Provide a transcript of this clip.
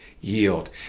Yield